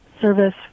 service